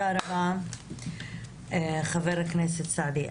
רבה, חבר הכנסת סעדי.